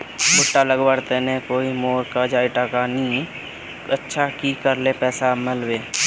भुट्टा लगवार तने नई मोर काजाए टका नि अच्छा की करले पैसा मिलबे?